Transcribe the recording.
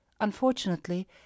Unfortunately